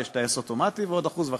ויש טייס אוטומטי ועוד 1.5%,